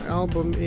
album